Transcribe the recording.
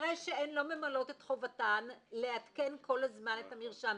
כנראה שהן לא ממלאות את חובתן לעדכן כל הזמן את המרשם.